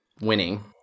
Winning